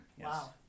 Wow